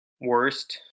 worst